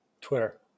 Twitter